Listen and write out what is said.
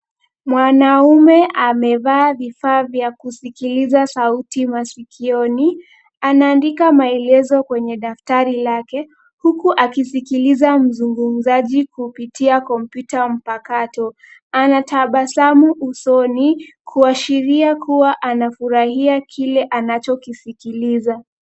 Mwanaume amevaa vifaa vya kusikiliza sauti masikioni. Anaandika maelezo kwenye daftari lake huu akisikiliza mzungumzaji kupitia kompyuta mpakato. Ana tabasamu usoni kuashiria kuwa anafurahia kile anachokisikiliza.